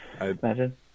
Imagine